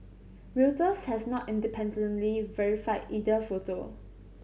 Reuters has not independently verified either photo